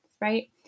right